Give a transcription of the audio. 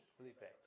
Felipe